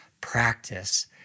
practice